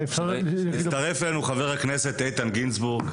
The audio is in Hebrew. הצטרף אלינו חבר הכנסת איתן גינזבורג.